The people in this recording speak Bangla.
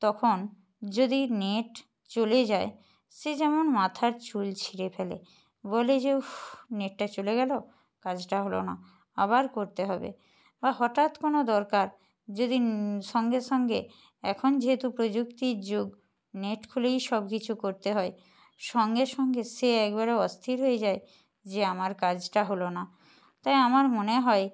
তখন যদি নেট চলে যায় সে যেমন মাথার চুল ছিঁড়ে ফ্যালে বলে যে উফ্ নেটটা চলে গেলো কাজটা হলো না আবার করতে হবে বা হঠাৎ কোনো দরকার যদি সঙ্গে সঙ্গে এখন যেহেতু প্রযুক্তির যুগ নেট খুলেই সব কিছু করতে হয় সঙ্গে সঙ্গে সে একবারে অস্থির হয়ে যায় যে আমার কাজটা হলো না তাই আমার মনে হয়